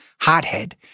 hothead